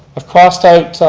i've crossed out,